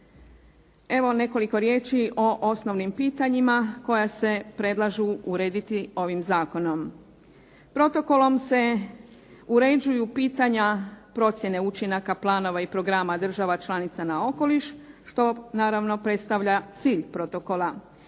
Evo nekoliko riječi o osnovnim pitanjima koja se predlažu urediti ovim zakonom. Protokolom se uređuju pitanja procjene učinaka planova i programa država članica na okoliš što naravno predstavlja cilj protokola.